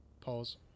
Pause